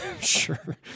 sure